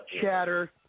chatter